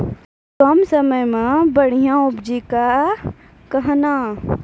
कम समय मे बढ़िया उपजीविका कहना?